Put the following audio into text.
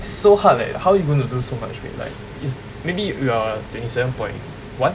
so hard leh how you going to lose so much weight like is maybe you are twenty seven point one